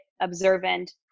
observant